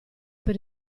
per